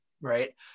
right